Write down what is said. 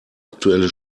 aktuelle